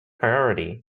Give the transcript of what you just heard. priority